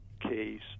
case